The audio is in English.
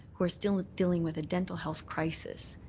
who are still dealing with a dental health crisis,